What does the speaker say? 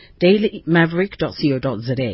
Dailymaverick.co.za